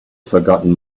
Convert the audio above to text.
forgotten